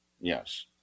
Yes